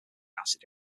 acid